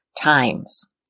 times